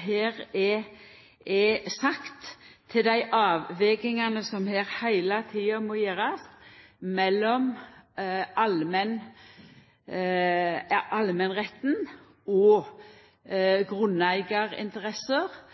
her er sagt, til dei avvegingane som her heile tida må gjerast mellom allemannsretten og grunneigarinteresser, og